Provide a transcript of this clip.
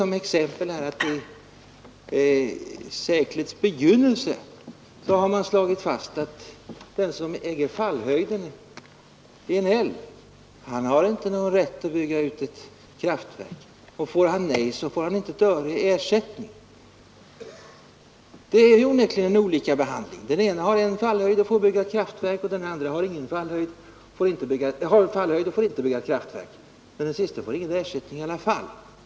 Sedan seklets begynnelse har man slagit fast att den som äger fallhöjden vid en älv han har inte någon ovillkorlig rätt att bygga ett kraftverk. Får han nej så får han inte ett öre i ersättning. Det är ju onekligen olika behandling. Den ene har en fallhöjd och får bygga ett kraftverk, och den andre har en fallhöjd och får inte bygga ett kraftverk. Men den siste får ingen ersättning i alla fall.